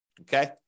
okay